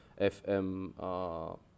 FM